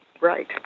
Right